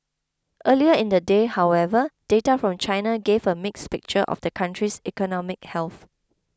earlier in the day however data from China gave a mixed picture of the country's economic health